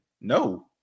No